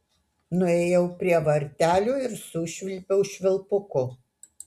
nuėjau prie vartelių ir sušvilpiau švilpuku